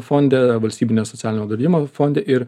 fonde valstybinio socialinio draudimo fonde ir